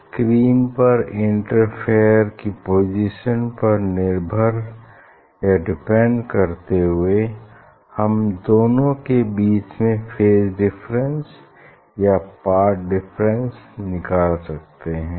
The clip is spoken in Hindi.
स्क्रीन पर इंटरफेयर की पोजीशन पर निर्भर डिपेंड करते हुए हम दोनों के बीच में फेज डिफरेंस या पाथ डिफरेंस निकाल सकते हैं